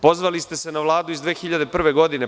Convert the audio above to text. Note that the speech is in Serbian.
Pozvali ste se na Vladu iz 2001. godine.